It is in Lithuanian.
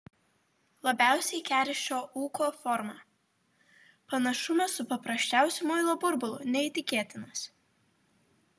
labiausiai keri šio ūko forma panašumas su paprasčiausiu muilo burbulu neįtikėtinas